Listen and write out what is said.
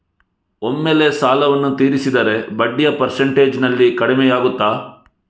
ಒಮ್ಮೆಲೇ ಸಾಲವನ್ನು ತೀರಿಸಿದರೆ ಬಡ್ಡಿಯ ಪರ್ಸೆಂಟೇಜ್ನಲ್ಲಿ ಕಡಿಮೆಯಾಗುತ್ತಾ?